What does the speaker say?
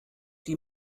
die